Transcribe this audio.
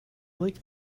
like